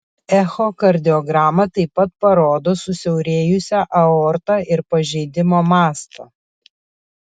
echokardiograma taip pat parodo susiaurėjusią aortą ir pažeidimo mastą